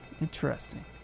Interesting